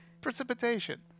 Precipitation